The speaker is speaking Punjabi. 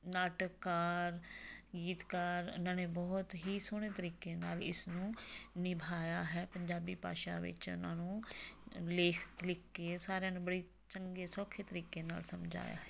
ਨਾਟਕਕਾਰ ਗੀਤਕਾਰ ਉਹਨਾਂ ਨੇ ਬਹੁਤ ਹੀ ਸੋਹਣੇ ਤਰੀਕੇ ਨਾਲ ਇਸ ਨੂੰ ਨਿਭਾਇਆ ਹੈ ਪੰਜਾਬੀ ਭਾਸ਼ਾ ਵਿੱਚ ਉਹਨਾਂ ਨੂੰ ਲੇਖ ਲਿਖ ਕੇ ਸਾਰਿਆਂ ਨੂੰ ਬੜੇ ਚੰਗੇ ਸੌਖੇ ਤਰੀਕੇ ਨਾਲ ਸਮਝਾਇਆ ਹੈ